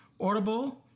Audible